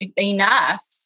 enough